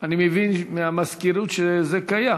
אני מבין מהמזכירות שזה קיים.